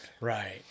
Right